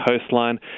coastline